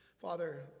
Father